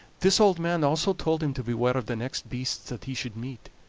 this old man also told him to beware of the next beasts that he should meet,